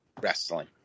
wrestling